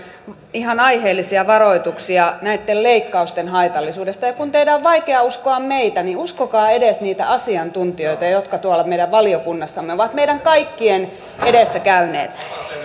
ihan aiheellisia varoituksia näitten leikkausten haitallisuudesta ja ja kun teidän on vaikea uskoa meitä niin uskokaa edes niitä asiantuntijoita jotka tuolla meidän valiokunnassamme ovat meidän kaikkien edessä käyneet